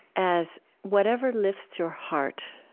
as whatever lifts your heart